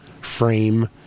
frame